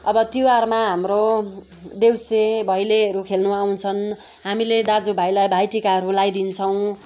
अब तिहारमा हाम्रो देउसी भैलोहरू खेल्नु आउँछन् हामीले दाजुभाइलाई भाइटिकाहरू लगाइदिन्छौँ